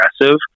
aggressive